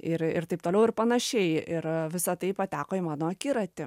ir ir taip toliau ir panašiai ir visa tai pateko į mano akiratį